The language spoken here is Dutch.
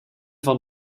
van